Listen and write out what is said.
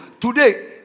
Today